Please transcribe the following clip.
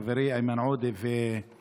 חברי איימן עודה וינון,